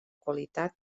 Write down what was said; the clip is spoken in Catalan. qualitat